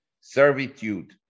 servitude